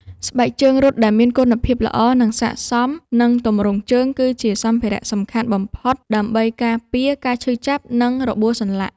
ស្បែកជើងរត់ដែលមានគុណភាពល្អ និងស័ក្តិសមនឹងទម្រង់ជើង គឺជាសម្ភារៈសំខាន់បំផុតដើម្បីការពារការឈឺចាប់ និងរបួសសន្លាក់។